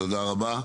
תודה רבה.